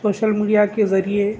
social media کے ذریعے